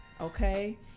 okay